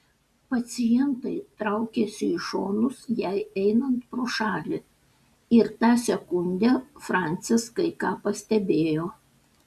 pacientai traukėsi į šonus jai einant pro šalį ir tą sekundę francis kai ką pastebėjo